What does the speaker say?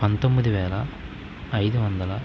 పంతొమ్మిది వేల ఐదు వందల